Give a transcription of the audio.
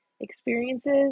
experiences